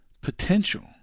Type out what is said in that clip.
Potential